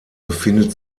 befindet